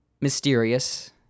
mysterious